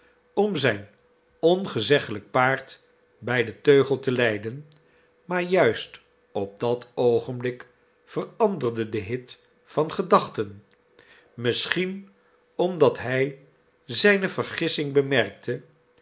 om zijn ongezeggelijk paard bij den teugel te leiden maar juist op dat oogenblik veranderde de hit van gedachten misschien omdat hij zijne vergissing bemerkte